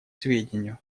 сведению